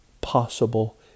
possible